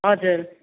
हजुर